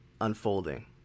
unfolding